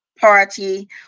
party